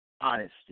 Honesty